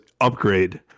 Upgrade